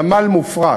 נמל מופרט